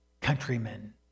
countrymen